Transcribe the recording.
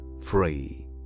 free